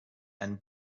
and